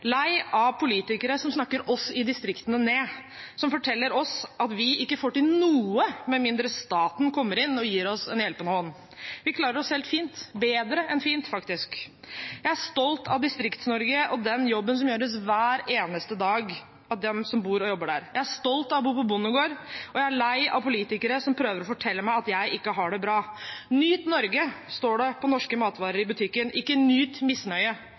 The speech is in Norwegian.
lei av politikere som snakker oss i distriktene ned, som forteller oss at vi ikke får til noe med mindre staten kommer inn og gir oss en hjelpende hånd. Vi klarer oss helt fint – bedre enn fint, faktisk. Jeg er stolt av Distrikts-Norge og den jobben som gjøres hver eneste dag av dem som bor og jobber der. Jeg er stolt av å bo på bondegård, og jeg er lei av politikere som prøver å fortelle meg at jeg ikke har det bra. «Nyt Norge» står det på norske matvarer i butikken – ikke «Nyt misnøye»,